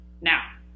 Now